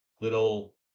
little